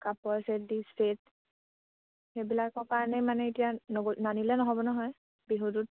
কাপৰ ছেট টি ছেট সেইবিলাকৰ কাৰণে মানে এতিয়া নানিলে নহ'ব নহয় বিহুটোত